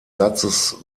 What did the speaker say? satzes